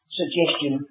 suggestion